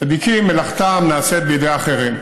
צדיקים מלאכתם נעשית בידי אחרים,